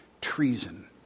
treason